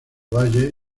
valle